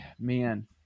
man